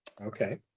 Okay